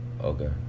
Okay